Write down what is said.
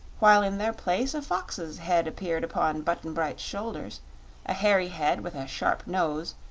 while in their place a fox's head appeared upon button-bright's shoulders a hairy head with a sharp nose,